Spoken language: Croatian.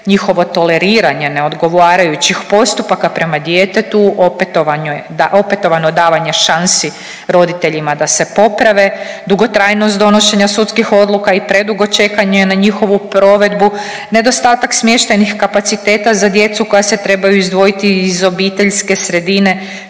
njihovo toleriranje neodgovarajućih postupaka prema djetetu, opetovanje, opetovano davanje šansi roditeljima da se poprave, dugotrajnost donošenja sudskih odluka i predugo čekanje na njihovu provedbu, nedostatak smještajnih kapaciteta za djecu koja se trebaju izdvojiti iz obiteljske sredine,